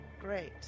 Great